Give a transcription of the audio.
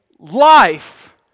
Life